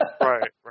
right